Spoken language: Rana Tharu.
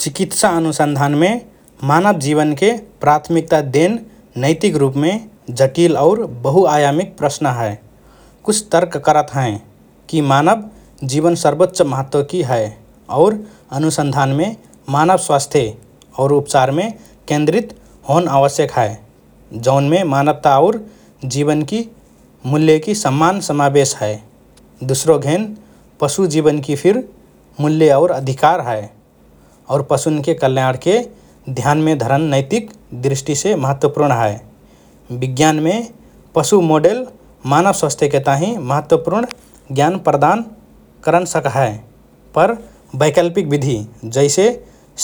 चिकित्सा अनुसन्धानमे मानव जीवनके प्राथमिकता देन नैतिक रुपमे जटिल और बहुआयामिक प्रश्न हए । कुछ तर्क करत हएँ कि मानव जीवन सर्वोच्च महत्वकि हए और अनुसन्धानमे मानव स्वास्थ्य और उपचारमे केन्द्रित होन आवश्यक हए । जौनमे मानवता और जीवनकि मूल्यकी सम्मान समावेश हए । दुसरोघेन पशु जीवनकि फिर मूल्य और अधिकार हए और पशुन्के कल्याणके ध्यानमे धरन नैतिक दृष्टिसे महत्वपूर्ण हए । विज्ञानमे पशु मोडेल मानव स्वास्थ्यके ताहिँ महत्वपूर्ण ज्ञान प्रदान करन सक्हएँ पर वैकल्पिक विधि जैसे